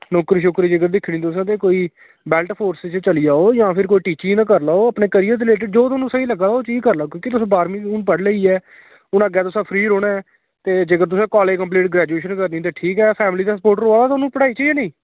समूकर शमूकर जेकर दिक्खनी तुसें ते कोई बैल्ट फोरस च चली जाओ जां फिर टीचिंग करी लैओ अपने करियर दे रिलेटिड़ जो तुआनूं स्हेई लग्गा दा ओह् चीज करी लैओ क्योंकि बाह्रमीं हून पढ़ी लेई ऐ हून अग्गें तुसें फ्री रौंह्ना ऐ जेकर तुसें कालेज़ कंपलीट ग्रैजुएशन करनी ऐ ते ठीक ऐ फैमली दा स्पोट रोआ दा तोआनू पढ़ाई च जां नेईं